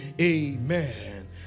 amen